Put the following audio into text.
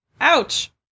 ouch